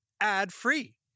ad-free